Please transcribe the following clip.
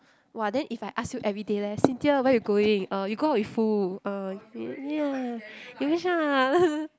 !wah! then if I ask you everyday leh Cynthia where you going uh you go out with who uh ya